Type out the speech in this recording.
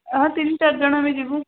ହଁ ତିନି ଚାରି ଜଣ ଆମେ ଯିବୁ